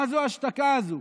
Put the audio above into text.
מה זו ההשתקה הזו?